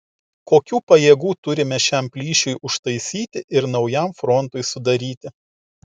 kokių pajėgų turime šiam plyšiui užtaisyti ir naujam frontui sudaryti